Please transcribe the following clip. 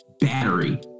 battery